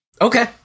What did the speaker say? Okay